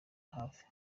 hafi